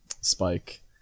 spike